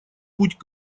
путь